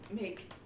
make